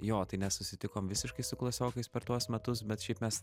jo tai nesusitikom visiškai su klasiokais per tuos metus bet šiaip mes